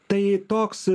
tai toks